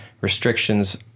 restrictions